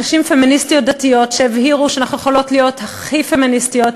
נשים פמיניסטיות דתיות שהבהירו שאנחנו יכולות להיות הכי פמיניסטיות,